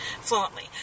fluently